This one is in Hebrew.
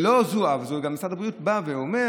ולא זו אף זו, משרד הבריאות גם אומר: